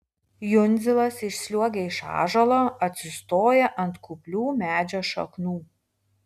jundzilas išsliuogia iš ąžuolo atsistoja ant kuplių medžio šaknų